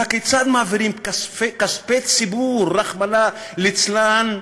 והכיצד מעבירים כספי ציבור, רחמנא ליצלן,